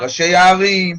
ראשי הערים,